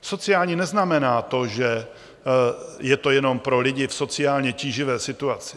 Sociální neznamená to, že je to jenom pro lidi v sociálně tíživé situaci.